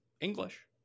English